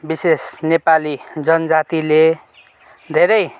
विशेष नेपाली जनजातिले धेरै